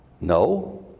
No